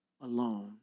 alone